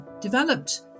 developed